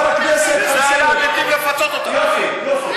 יופי, יופי.